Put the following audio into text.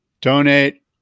donate